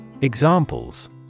Examples